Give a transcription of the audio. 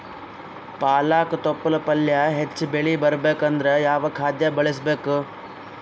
ಪಾಲಕ ತೊಪಲ ಪಲ್ಯ ಹೆಚ್ಚ ಬೆಳಿ ಬರಬೇಕು ಅಂದರ ಯಾವ ಖಾದ್ಯ ಬಳಸಬೇಕು?